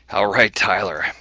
alright, tyler.